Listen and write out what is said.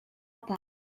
pas